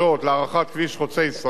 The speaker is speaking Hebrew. מאזור מאחז קריית-גת